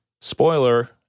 spoiler